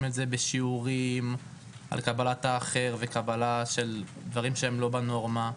בשיעורים את נושא קבלת האחר וקבלה דברים שהם לא בנורמה,